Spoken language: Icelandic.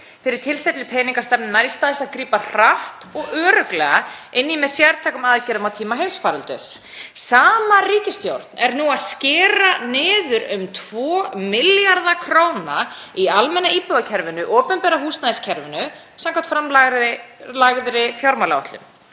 fyrir tilstilli peningastefnunnar í stað þess að grípa hratt og örugglega inn í með sértækum aðgerðum á tímum heimsfaraldurs. Sama ríkisstjórn er nú að skera niður um 2 milljarða kr. í almenna íbúðakerfinu, opinbera húsnæðiskerfinu, samkvæmt framlagðri fjármálaáætlun.